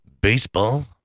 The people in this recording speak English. Baseball